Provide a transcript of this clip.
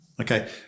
Okay